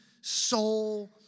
soul